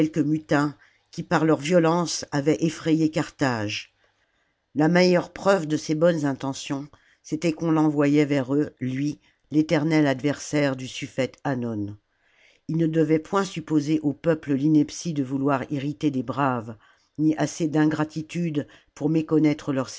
mutins qui par leur violence avaient effrayé carthage la meilleure preuve de ses bonnes intentions c'était qu'on fenvoyait vers eux lui l'éternel adversaire du suffete hannon ils ne devaient point supposer au peuple l'ineptie de vouloir irriter des braves ni assez d'ingratitude pour méconnaître salammbo j leurs